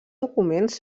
documents